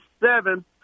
seven